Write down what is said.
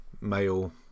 male